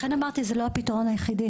לכן, אמרתי שזה לא הפתרון היחידי.